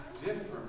different